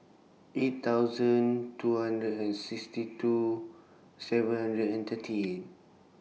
eight thousand two hundred and sixty two seven hundred and thirty eight